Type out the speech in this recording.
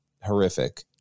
horrific